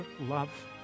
love